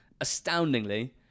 Astoundingly